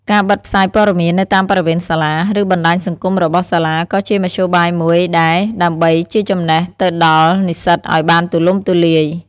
ការបិទផ្សាយព័ត៌មាននៅតាមបរិវេណសាលា ឬបណ្តាញសង្គមរបស់សាលាក៏ជាមធ្យោបាយមួយដែរដើម្បីជាចំណេះទៅដល់និស្សិតឱ្យបានទូលំទូលាយ។